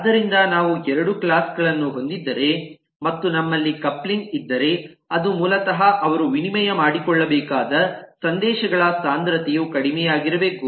ಆದ್ದರಿಂದ ನಾವು ಎರಡು ಕ್ಲಾಸ್ ಗಳನ್ನು ಹೊಂದಿದ್ದರೆ ಮತ್ತು ನಮ್ಮಲ್ಲಿರುವ ಕಪ್ಲಿಂಗ್ ಇದ್ದರೆ ಅದು ಮೂಲತಃ ಅವರು ವಿನಿಮಯ ಮಾಡಿಕೊಳ್ಳಬೇಕಾದ ಸಂದೇಶಗಳ ಸಾಂದ್ರತೆಯು ಕಡಿಮೆಯಾಗಿರಬೇಕು